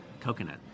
coconut